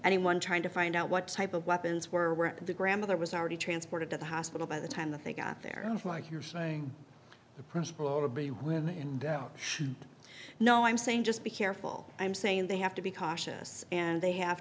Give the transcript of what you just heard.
anyone trying to find out what type of weapons were the grandmother was already transported to the hospital by the time that they got there like you're saying the principle of it would be when in doubt no i'm saying just be careful i'm saying they have to be cautious and they have